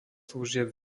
služieb